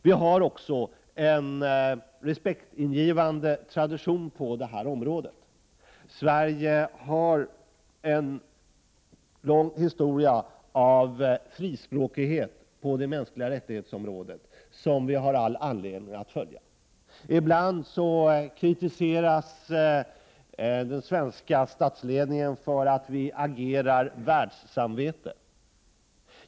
Vi har också en respektingivande tradition på detta område. Sverige har en lång historia av frispråkighet på området mänskliga rättigheter, en tradition som vi har all anledning att följa. Ibland kritiseras den svenska statsledningen för att vi agerar världssamvete.